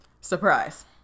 surprise